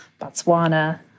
Botswana